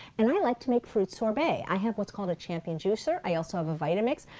and i like to make fruit sorbet. i have what's called the champion juicer. i also have a vitamix.